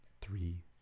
three